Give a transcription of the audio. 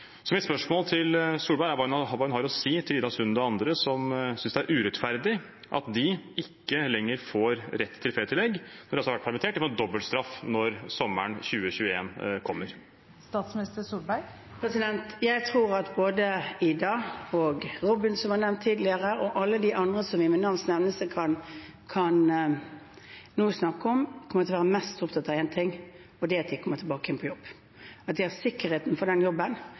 Mitt spørsmål til Solberg er: Hva har hun å si til Ida Aaboen Sundet og andre som synes det er urettferdig at de ikke lenger får rett til ferietillegg? De som har vært permittert, får dobbeltstraff når sommeren 2021 kommer. Jeg tror at både Ida og Robin, som var nevnt tidligere, og alle de andre som vi nå ved navns nevnelse kan snakke om, kommer til å være mest opptatt av én ting: Det er å komme tilbake i jobb, at de har sikkerhet for jobben,